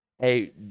Hey